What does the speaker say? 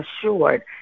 assured